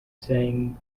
saying